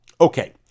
Okay